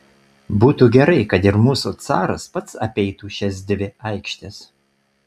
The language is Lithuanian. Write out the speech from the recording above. būtų gerai kad ir mūsų caras pats apeitų šias dvi aikštes